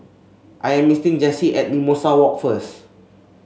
I am meeting Jessy at Mimosa Walk first